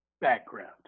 background